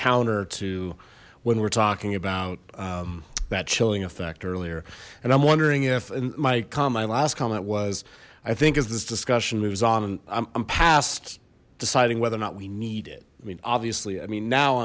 counter to when we're talking about that chilling effect earlier and i'm wondering if mike on my last comment was i think as this discussion moves on and i'm past deciding whether or not we need it i mean obviously i mean now